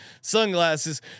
sunglasses